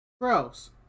Gross